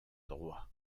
droit